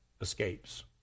escapes